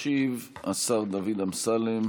ישיב השר דוד אמסלם,